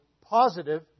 positive